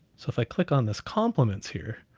so if i click on this compliments here,